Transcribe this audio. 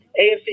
AFC